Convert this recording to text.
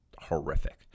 horrific